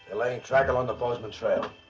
and laying track along the border of the trail.